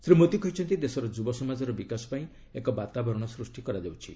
ଶ୍ରୀ ମୋଦୀ କହିଛନ୍ତି ଦେଶର ଯୁବ ସମାଜର ବିକାଶ ପାଇଁ ଏକ ବାତାବରଣ ସୃଷ୍ଟି କରାଯାଉଛି